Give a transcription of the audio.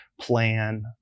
plan